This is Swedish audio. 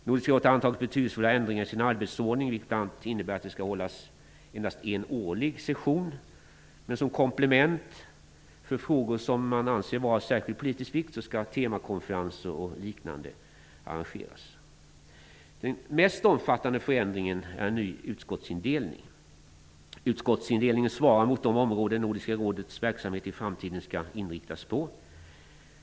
Nordiska rådet har antagit betydelsefulla ändringar i sin arbetsordning, vilket bl.a. innebär att det skall hållas endast en årlig session. Som komplement, för frågor som man anser vara av särskild politisk vikt, skall temakonferenser och liknande arrangeras. Den mest omfattande förändringen är en ny utskottsindelning. Den svarar mot de områden Nordiska rådets verksamhet i framtiden skall inriktas på.